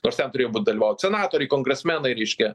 nors ten turėjo būt dalyvaut senatoriai kongresmenai reiškia